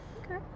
Okay